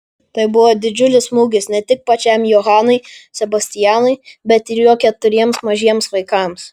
tai buvo didžiulis smūgis ne tik pačiam johanui sebastianui bet ir jo keturiems mažiems vaikams